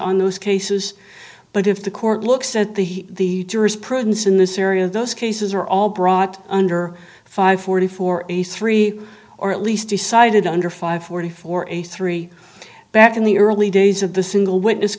on those cases but if the court looks at the jurisprudence in this area those cases are all brought under five forty four a three or at least decided under five forty four eighty three back in the early days of the single witness